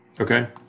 Okay